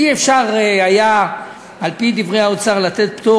אי-אפשר, על-פי דברי האוצר, לתת פטור